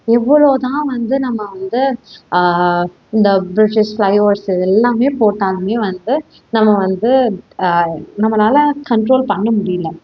எவ்வளோ தான் வந்து நம்ம வந்து இந்த பிரிட்ஜெஸ் ஃப்ளைஓவர்ஸ் இது எல்லாமே போட்டாலுமே வந்து நம்ம வந்து நம்மளால கன்ட்ரோல் பண்ண முடியல